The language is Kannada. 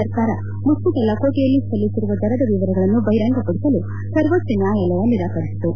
ಸರ್ಕಾರ ಮುಚ್ಚದ ಲಕೋಟೆಯಲ್ಲಿ ಸಲ್ಲಿಸಿರುವ ದರದ ವಿವರಗಳನ್ನು ಬಹಿರಂಗಪಡಿಸಲು ಸರ್ವೋಚ್ಚ ನ್ಹಾಯಾಲಯ ನಿರಾಕರಿಸಿತು